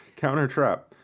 Counter-trap